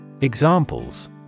Examples